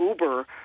Uber